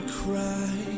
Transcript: cry